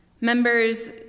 Members